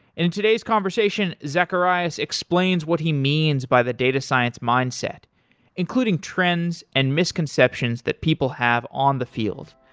in today's conversation, zacharias explains what he means by the data science mindset including trends and misconceptions that people have on the field.